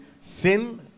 sin